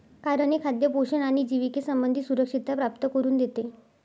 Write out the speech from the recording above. कारण हे खाद्य पोषण आणि जिविके संबंधी सुरक्षितता प्राप्त करून देते